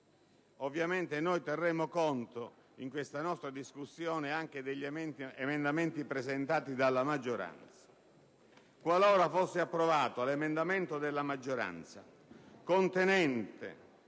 Ovviamente noi terremo conto in questa nostra discussione anche degli emendamenti presentati dalla maggioranza. Qualora fosse approvato l'emendamento della maggioranza contenente